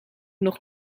nog